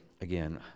again